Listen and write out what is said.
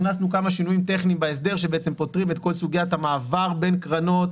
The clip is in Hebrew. הכנסנו כמה שינויים טכניים בהסדר שפותרים את כל סוגית המעבר בין קרנות,